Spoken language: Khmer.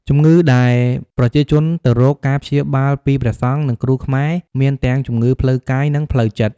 ជំងឺដែលប្រជាជនទៅរកការព្យាបាលពីព្រះសង្ឃ និងគ្រូខ្មែរ មានទាំងជំងឺផ្លូវកាយ និងផ្លូវចិត្ត។